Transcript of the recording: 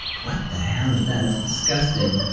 what the hell is that? that's disgusting!